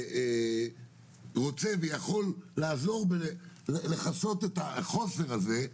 רוצה ויכול לעזור בלכסות את החוסר הזה,